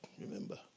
remember